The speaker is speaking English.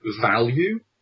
value